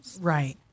Right